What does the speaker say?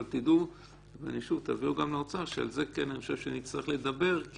אבל תדעו שעל זה אני חושב שכן נצטרך לדבר ותבהירו